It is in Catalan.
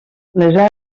les